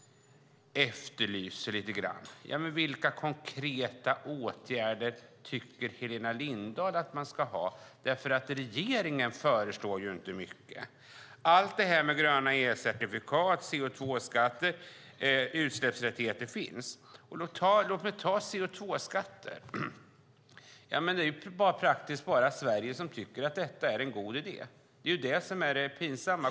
Vilka konkreta åtgärder tycker Helena Lindahl att man ska vidta? Regeringen föreslår inte mycket. Allt det här med gröna elcertifikat, CO2-skatter och utsläppsrätter finns. När det gäller CO2-skatter är det praktiskt taget bara Sverige som tycker att det är en god idé. Det är pinsamt.